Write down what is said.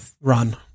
run